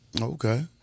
Okay